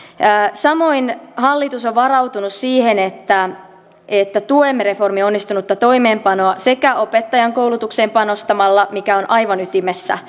samoin hallitus on varautunut siihen että että tuemme reformin onnistunutta toimeenpanoa opettajankoulutukseen panostamalla mikä on aivan ytimessä